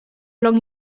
long